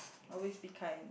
always be kind